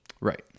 Right